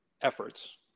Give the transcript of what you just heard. efforts